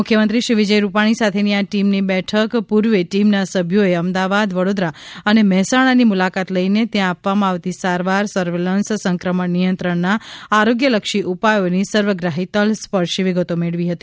મુખ્યમંત્રી શ્રી વિજયભાઈ રૂપાણી સાથેની આ ટીમની બેઠક પૂર્વે ટીમના સભથોએ અમદાવાદ વડોદરા અને મહેસાણાની મુલાકાત લઈને ત્યાં આપવામાં આવતી સારવાર સર્વેલન્સ સંક્રમણ નિયંત્રણના આરોગ્યલક્ષી ઉપાયોની સર્વગ્રાફી તલસ્પર્શી વિગતો મેળવી હતી